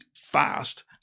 fast-